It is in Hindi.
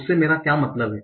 उससे मेरा क्या मतलब है